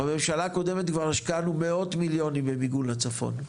בממשלה הקודמת כבר השקענו מאות מיליונים במיגון לצפון,